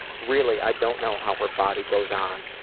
really, i don't know how her body goes on.